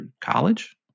college